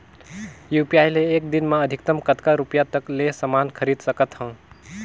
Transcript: UPI ले एक दिन म अधिकतम कतका रुपिया तक ले समान खरीद सकत हवं?